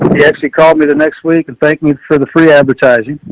he actually called me the next week and thanked me for the free advertising